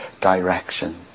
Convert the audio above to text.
direction